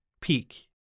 peak